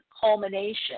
culmination